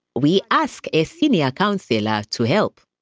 we ask a senior counsellor to help.